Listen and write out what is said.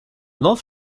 north